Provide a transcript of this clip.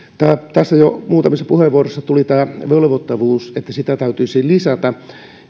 tässä jo muutamissa puheenvuoroissa tuli tämä velvoittavuus että sitä täytyisi lisätä